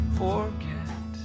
forget